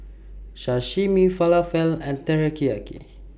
Sashimi Falafel and Teriyaki